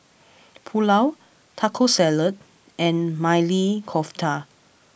Pulao Taco Salad and Maili Kofta